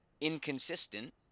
inconsistent